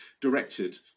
directed